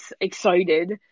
excited